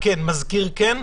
מזכיר כן,